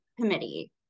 committee